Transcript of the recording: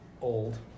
old